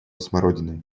смородиной